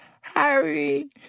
Harry